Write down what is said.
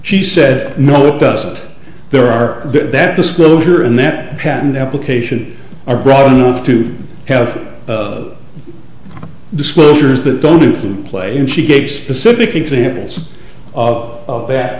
she said no it doesn't there are that disclosure and that patent application are broad enough to have disclosures that don't play and she gave specific examples of that